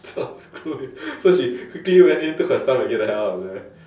screw you so she quickly went in took her stuff and get out of there